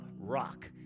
rock